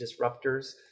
disruptors